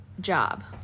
job